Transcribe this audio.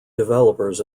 developers